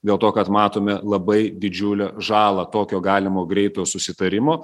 dėl to kad matome labai didžiulę žalą tokio galimo greito susitarimo